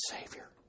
Savior